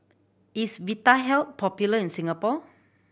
is Vitahealth popular in Singapore